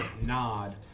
Nod